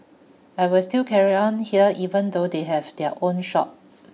I will still carry on here even though they have their own shop